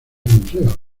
museos